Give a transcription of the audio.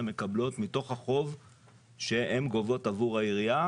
מקבלות מתוך החוב שהן גובות עבור העירייה,